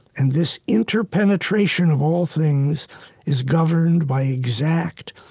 and this interpenetration of all things is governed by exact,